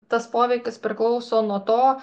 tas poveikis priklauso nuo to